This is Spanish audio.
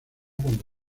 cuando